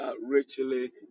richly